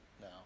No